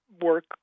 work